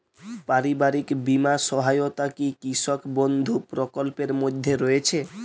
পারিবারিক বীমা সহায়তা কি কৃষক বন্ধু প্রকল্পের মধ্যে রয়েছে?